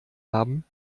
haben